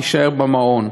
יישאר במעון,